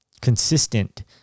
consistent